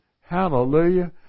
Hallelujah